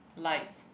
like